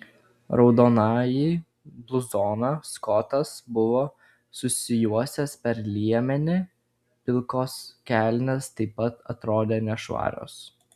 raudonąjį bluzoną skotas buvo susijuosęs per liemenį pilkos kelnės taip pat atrodė nešvarios